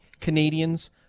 Canadians